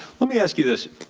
let me ask you this.